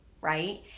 right